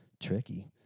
tricky